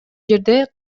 жерде